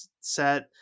set